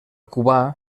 cubà